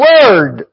Word